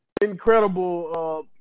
Incredible